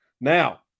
Now